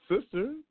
sister